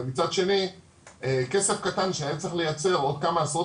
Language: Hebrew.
ומצד שני כסף קטן שצריך לייצר עוד כמה עשרות